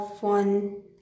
one